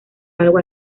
algo